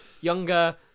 younger